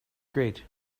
great